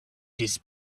his